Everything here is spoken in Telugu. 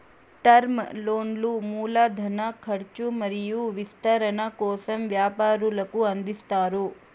టర్మ్ లోన్లు మూల ధన కర్చు మరియు విస్తరణ కోసం వ్యాపారులకు అందిస్తారు